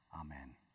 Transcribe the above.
amen